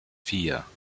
vier